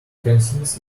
conscience